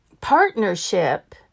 partnership